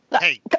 Hey